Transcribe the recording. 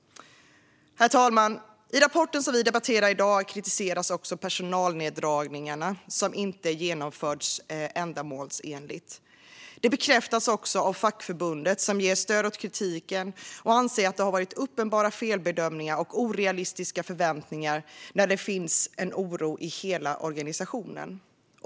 Herr talman! I rapporten som vi debatterar i dag kritiseras också personalneddragningarna som inte har genomförts ändamålsenligt. Det bekräftas också av fackförbundet som ger stöd åt kritiken och anser att det har varit uppenbara felbedömningar och orealistiska förväntningar när det finns en oro i hela organisationen.